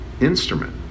instrument